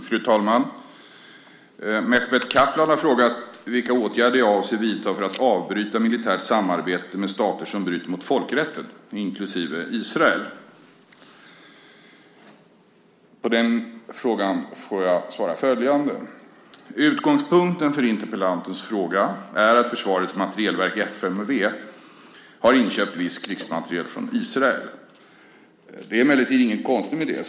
Fru talman! Mehmet Kaplan har frågat vilka åtgärder jag avser att vidta för att avbryta militärt samarbete med stater som bryter mot folkrätten, inklusive Israel. På den frågan får jag svara följande: Utgångspunkten för interpellantens fråga är att Försvarets materielverk, FMV, har inköpt viss krigsmateriel från Israel. Det är emellertid inget konstigt med det.